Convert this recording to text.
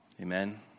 Amen